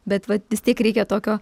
bet vat vis tiek reikia tokio